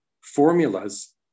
formulas